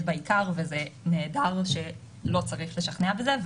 בעיקר וזה נהדר שלא צריך לשכנע בזה.